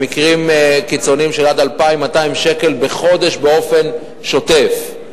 במקרים קיצוניים עד 2,200 שקל בחודש, באופן שוטף.